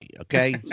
Okay